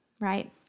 right